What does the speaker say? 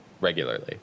regularly